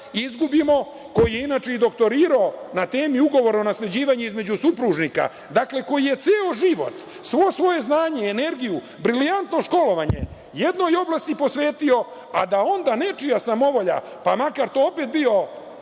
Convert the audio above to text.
izgubimo, koji je inače i doktorirao na temi – ugovor o nasleđivanju između supružnika, koji je ceo život svo svoje znanje, energiju, brilijantno školovanje, jednoj oblasti posvetio, a da onda nečija samovolja, pa makar to opet bio